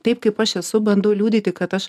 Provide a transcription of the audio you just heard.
taip kaip aš esu bandau liudyti kad aš